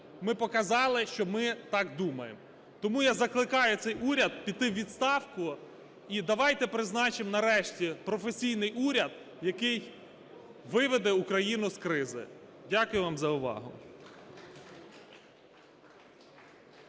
ми показали, що ми так думаємо. Тому я закликаю цей уряд піти у відставку. І давайте призначимо нарешті професійний уряд, який виведе Україну з кризи. Дякую вам за увагу.